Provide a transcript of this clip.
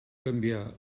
canvià